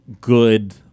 good